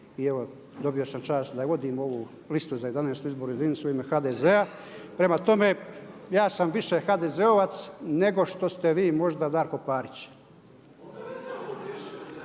dobio sam čast da vodim ovu listu za 11. izbornu jedinicu u ime HDZ-a. Prema tome, ja sam više HDZ-ovac nego što ste vi možda Darko Parić.